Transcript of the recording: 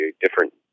different